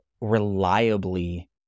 reliably